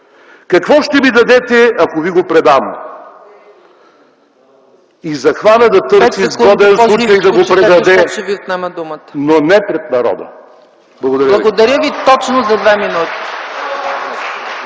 „Какво ще ми дадете, ако ви го предам?”. И захвана да търси сгоден случай да го предаде, но не пред народа”. Благодаря. (Ръкопляскания